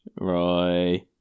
Roy